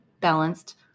balanced